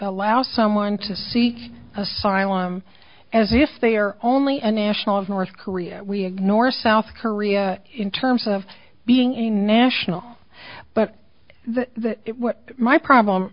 allow someone to seek asylum as if they are only a national of north korea we ignore south korea in terms of being a national but my problem